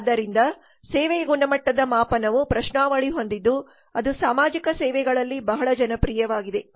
ಆದ್ದರಿಂದ ಸೇವೆಯ ಗುಣಮಟ್ಟದ ಮಾಪನವು ಪ್ರಶ್ನಾವಳಿ ಹೊಂದಿದ್ದು ಅದು ಸಾಮಾಜಿಕ ಸೇವೆಗಳಲ್ಲಿ ಬಹಳ ಜನಪ್ರಿಯವಾಗಿದೆ